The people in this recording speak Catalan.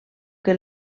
que